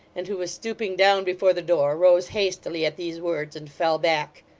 and who was stooping down before the door, rose hastily at these words, and fell back.